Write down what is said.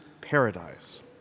paradise